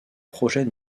projet